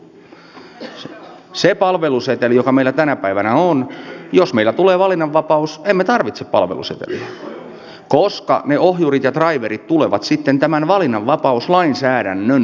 mitä tulee siihen palveluseteliin joka meillä tänä päivänä on niin jos meillä tulee valinnanvapaus emme tarvitse palveluseteliä koska ne ohjurit ja draiverit tulevat sitten tämän valinnanvapauslainsäädännön mukaan